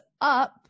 up